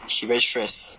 she very stress